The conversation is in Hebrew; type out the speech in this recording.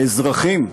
האזרחים,